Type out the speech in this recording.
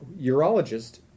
urologist